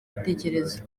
ibitekerezo